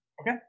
Okay